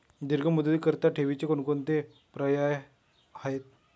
दीर्घ मुदतीकरीता ठेवीचे कोणकोणते पर्याय आहेत?